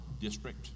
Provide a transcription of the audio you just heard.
district